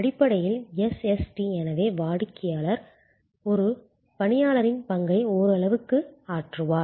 அடிப்படையில் SST எனவே வாடிக்கையாளர் ஒரு பணியாளரின் பங்கை ஓரளவுக்கு ஆற்றுவார்